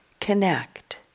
connect